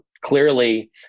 clearly